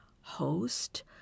Host